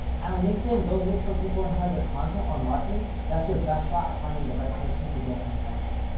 at linkedin, go look for people in charge of content or marketing. that's your best shot at finding the right person to get in touch with.